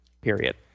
period